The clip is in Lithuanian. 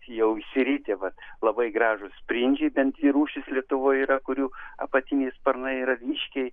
jau sirytė vat labai gražūs sprindžiai bent dvi rūšis lietuvoj yra kurių apatiniai sparnai yra ryškiai